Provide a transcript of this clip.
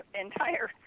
entire